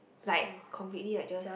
like completely like just